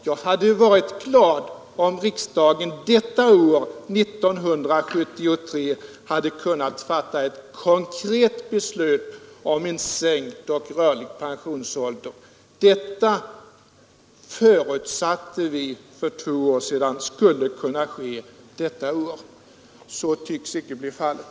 Jag hade varit glad om riksdagen i år, 1973, hade kunnat fatta ett konkret beslut om en sänkt och rörlig pensionsålder. För två år sedan förutsatte vi att det skulle kunna ske detta år. Så tycks icke bli fallet.